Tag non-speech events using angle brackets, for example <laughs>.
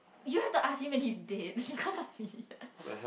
you have to ask him when he is dead <laughs> ask me